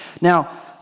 Now